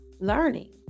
learning